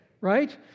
right